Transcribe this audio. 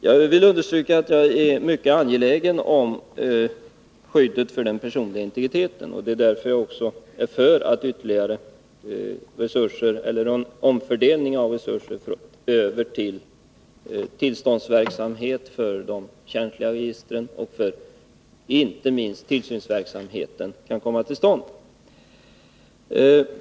Jag vill understryka att jag är mycket angelägen om skyddet för den personliga integriteten. Det är också därför som jag är för en omfördelning av resurser till förmån för tillståndsverksamheten för de känsliga registren och — inte minst — så att tillsynsverksamheten kan komma till stånd.